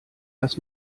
dass